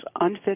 unfit